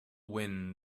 wind